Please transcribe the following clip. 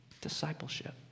discipleship